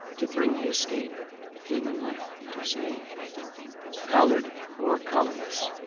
to bring the escape human life to save collared or collarless,